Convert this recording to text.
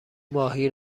ماهی